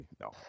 no